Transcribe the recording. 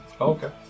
Okay